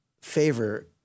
favor